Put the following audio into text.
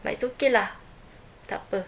but it's okay lah tak apa